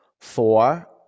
four